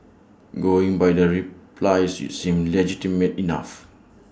going by the replies IT seems legitimate enough